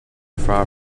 far